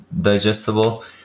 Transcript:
digestible